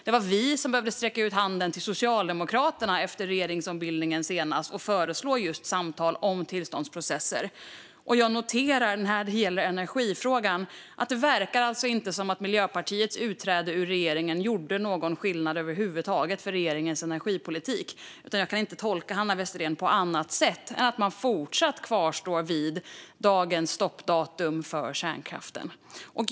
Det var vi som behövde sträcka ut handen till Socialdemokraterna efter regeringsombildningen senast och föreslå just samtal om tillståndsprocesser. Jag noterar när det gäller energifrågan att det inte verkar som om Miljöpartiets utträde ur regeringen gjorde någon skillnad över huvud taget för regeringens energipolitik. Jag kan inte tolka Hanna Westerén på annat sätt än att man fortsatt kvarstår vid dagens stoppdatum för kärnkraften.